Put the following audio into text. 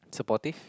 supportive